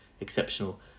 exceptional